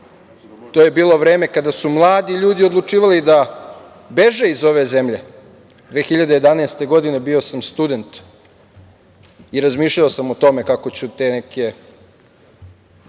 To je bilo vreme kada su mladi ljudi odlučivali da beže iz ove zemlje. Godine 2011. bio sam student i razmišljao sam o tome kako ću te neke